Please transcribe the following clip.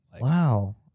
Wow